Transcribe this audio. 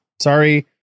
Sorry